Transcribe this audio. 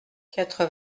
quatre